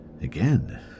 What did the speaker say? again